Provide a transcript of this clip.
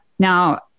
Now